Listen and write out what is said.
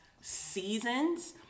seasons